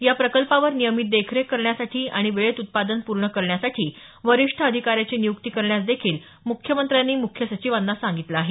या प्रकल्पावर नियमित देखरेख करण्यासाठी आणि वेळेत उत्पादन पूर्ण करण्यासाठी वरिष्ठ अधिकाऱ्याची नियुक्ती करण्यास देखील मुख्यमंत्र्यांनी मुख्य सचिवांना सांगितलं आहे